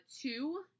Two